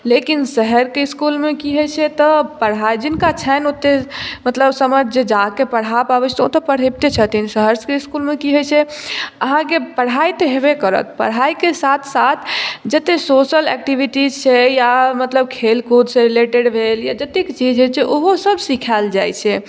लेकिन शहरके इसकुलमे की होइ छै तऽ पढ़ा जिनका छन्हि ओतय मतलब समझ जे जाके पढ़ा पाबय छथिन ओ तऽ पढ़यबते छथिन शहर सबके इसकुलमे की होइ छै अहाँके पढ़ाइ तऽ हेबय करत पढ़ाइके साथ साथ जते सोशल एक्टिविटीज छै या मतलब खेलकूदसँ रिलेटेड भेल या जतेक जे जे चीज होइ छै ओहो सब सिखायल जाइ छै